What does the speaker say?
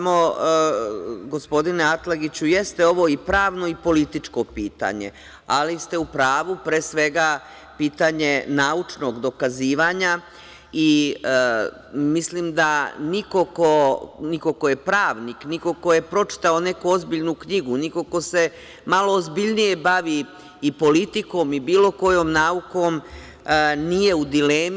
Gospodine Atlagiću, jeste ovo i pravno i političko pitanje, ali ste u pravu, pre svega pitanje naučnog dokazivanja i mislim da niko ko je pravnik, niko ko je pročitao neku ozbiljnu knjigu, niko ko se malo ozbiljnije bavi politikom i bilo kojom naukom nije u dilemi.